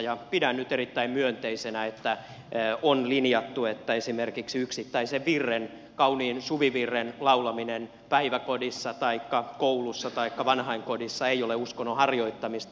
pidän nyt erittäin myönteisenä että on linjattu että esimerkiksi yksittäisen virren kauniin suvivirren laulaminen päiväkodissa koulussa taikka vanhainkodissa ei ole uskonnon harjoittamista